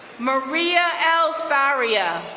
maria l. farrier,